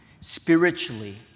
spiritually